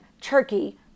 turkey